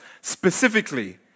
specifically